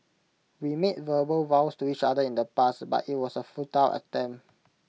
we made verbal vows to each other in the past but IT was A futile attempt